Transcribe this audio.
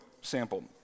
sample